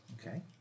Okay